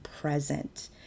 present